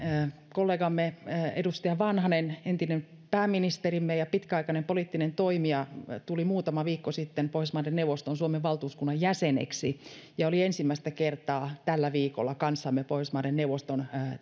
kollegamme edustaja vanhanen entinen pääministerimme ja pitkäaikainen poliittinen toimija tuli muutama viikko sitten pohjoismaiden neuvoston suomen valtuuskunnan jäseneksi ja oli ensimmäistä kertaa tällä viikolla kanssamme pohjoismaiden neuvoston